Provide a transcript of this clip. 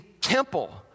temple